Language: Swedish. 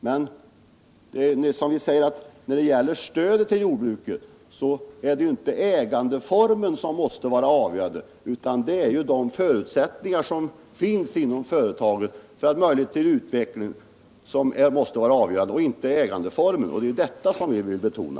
Men det är som vi säger, att när det gäller stödet till jordbruket är det inte ägandeformen som måste vara avgörande, utan det är de förutsättningar för utveckling som finns inom företaget. Det är detta vi vill betona.